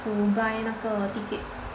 to buy 那个 ticket